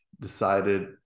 decided